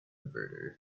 voodoo